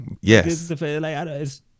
Yes